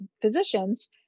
physicians